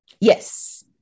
Yes